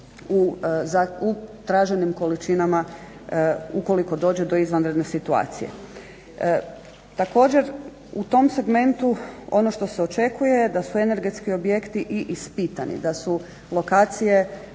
u traženim količinama ukoliko dođe do izvanredne situacije. Također u tom segmentu ono što se očekuje je da su energetski objekti i ispitani, da su lokacije